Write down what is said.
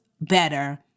better